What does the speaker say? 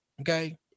okay